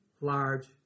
large